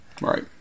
right